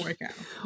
workout